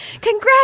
congrats